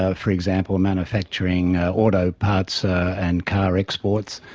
ah for example, manufacturing auto parts and car exports.